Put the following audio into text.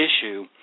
issue